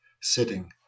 sitting